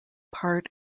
part